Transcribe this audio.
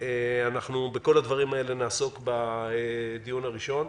בכל הדברים האלה נעסוק בדיון הראשון.